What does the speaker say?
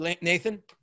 Nathan